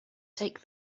take